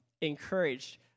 encouraged